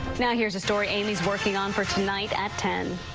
now here's the story amy is working on for tonight at ten.